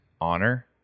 honor